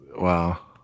wow